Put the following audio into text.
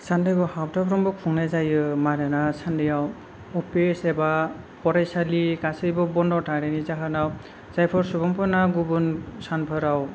सान्देखौ हाबथाफ्रोमबो खुंनाय जायो मानोना सान्देआव अफिस एबा फरायसालि गासैबो बन्द' थानायनि जाहोनाव जायफोर सुबुंफोरना गुबुन सानफोराव